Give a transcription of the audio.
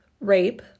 rape